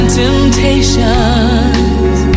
temptations